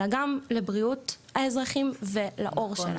אלא גם לבריאות האזרחים ולעור שלהם.